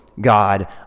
God